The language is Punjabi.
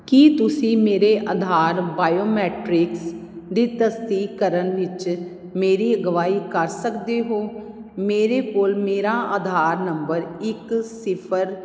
ਕੀ ਤੁਸੀਂ ਮੇਰੇ ਆਧਾਰ ਬਾਇਓਮੈਟਰਿਕਸ ਦੀ ਤਸਦੀਕ ਕਰਨ ਵਿੱਚ ਮੇਰੀ ਅਗਵਾਈ ਕਰ ਸਕਦੇ ਹੋ ਮੇਰੇ ਕੋਲ ਮੇਰਾ ਆਧਾਰ ਨੰਬਰ ਇੱਕ ਸਿਫ਼ਰ